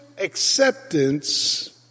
acceptance